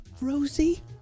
Rosie